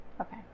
Okay